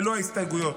ללא הסתייגויות,